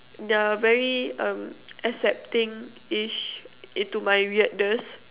the very um acceptingish into my weirdness